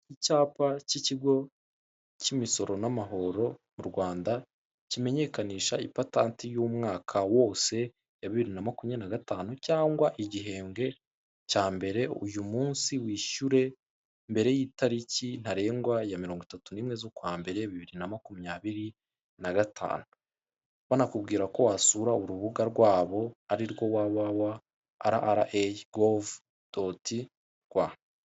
Icyapa cy'ikigo cy'imisoro n'amahoro mu Rwanda, kimenyekanisha ipatanti y'umwaka wose ya bibiri na makumyabiri gatanu cyangwa igihembwe cya mbere uyu munsi wishyure mbere y'itariki ntarengwa ya mirongo itatu n'imwe z'ukwa mbere bibiri na makumyabiri na gatanu, banakubwira ko wasura urubuga rwabo ari rwo www rr gov. rwa.